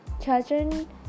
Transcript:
children